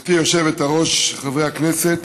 גברתי היושבת-ראש, חברי הכנסת,